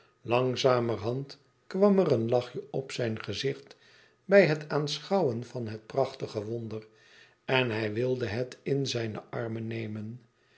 langzamerhand kwam er een lachje op zijn gezicht bij het aanschouwen van het prachtige wonder en hij wilde het in zijne armen nemen